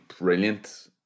brilliant